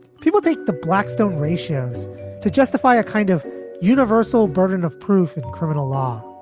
people take the blackstone ratios to justify a kind of universal burden of proof in criminal law.